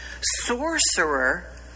sorcerer